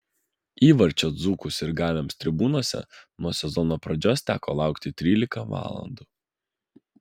įvarčio dzūkų sirgaliams tribūnose nuo sezono pradžios teko laukti trylika valandų